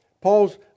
Paul's